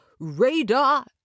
radar